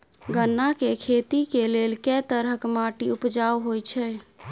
गन्ना केँ खेती केँ लेल केँ तरहक माटि उपजाउ होइ छै?